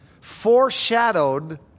foreshadowed